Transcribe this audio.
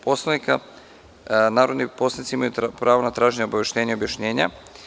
Poslovnika narodni poslanici imaju pravo na traženje obaveštenja, objašnjenja.